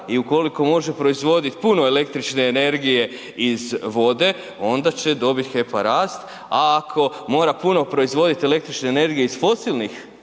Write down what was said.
i ukoliko može proizvoditi puno električne energije iz vode onda će dobit HEP-a rast a ako mora puno proizvoditi električne energije iz fosilnih